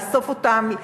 לאסוף אותם.